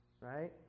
right